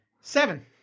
seven